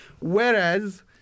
Whereas